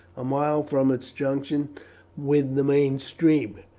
a mile from its junction with the main stream,